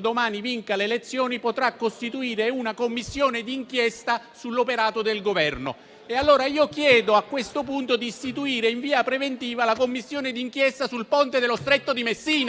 domani vinca le elezioni potrà costituire una Commissione d'inchiesta sull'operato del Governo. Allora io chiedo, a questo punto, di istituire in via preventiva la Commissione d'inchiesta sul Ponte dello Stretto di Messina.